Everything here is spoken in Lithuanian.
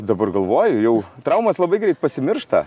dabar galvoju jau traumos labai greit pasimiršta